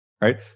Right